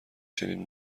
چنین